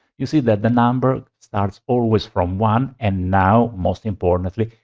you see that the number starts always from one, and now most importantly,